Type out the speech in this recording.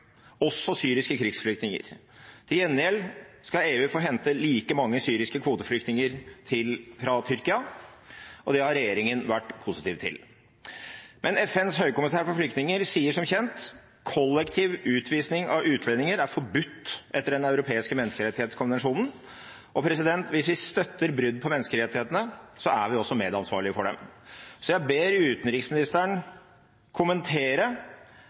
også syriske krigsflyktninger. Til gjengjeld skal EU hente like mange syriske kvoteflyktninger fra Tyrkia. Det har regjeringen vært positiv til, men FNs høykommissær for flyktninger sier som kjent at kollektiv utvisning av utlendinger er forbudt etter Den europeiske menneskerettskonvensjon. Hvis vi støtter brudd på menneskerettighetene, er vi også medansvarlige for dem. Så jeg ber utenriksministeren kommentere